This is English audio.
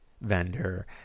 vendor